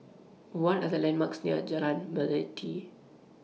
What Are The landmarks near Jalan Melati